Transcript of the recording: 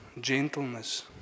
gentleness